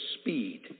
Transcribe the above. speed